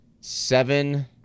seven